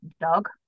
dog